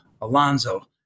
Alonso